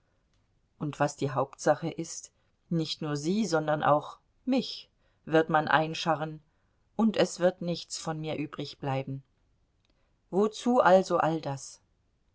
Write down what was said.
und was die hauptsache ist nicht nur sie sondern auch mich wird man einscharren und es wird nichts von mir übrigbleiben wozu also all das